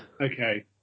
Okay